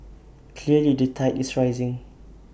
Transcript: clearly the tide is rising